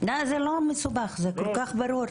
זה לא מסובך, זה כל כך ברור.